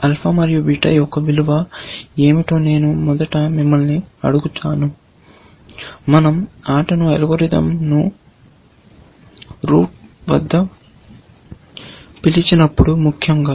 alpha మరియు beta యొక్క విలువ ఏమిటో నేను మొదట మిమ్మల్ని అడుగుతాను మనం ఆటను అల్గోరిథంను రూట్ వద్ద పిలిచినప్పుడు ముఖ్యంగా